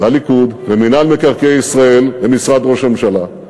לליכוד, ומינהל מקרקעי ישראל, למשרד ראש הממשלה.